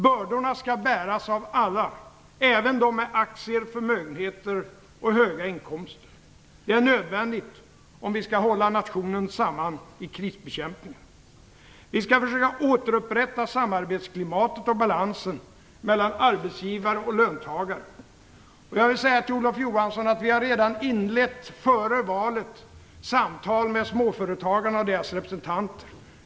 Bördorna skall bäras av alla, även av dem med aktier, förmögenheter och höga inkomster. Det är nödvändigt om vi skall hålla nationen samman i krisbekämpningen. Vi skall försöka återupprätta samarbetsklimatet och balansen mellan löntagare och arbetsgivare. Jag vill säga till Olof Johansson att vi redan före valet inlett samtal med småföretagarna och deras representanter.